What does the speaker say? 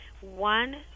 one